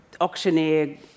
auctioneer